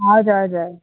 हजुर हजुर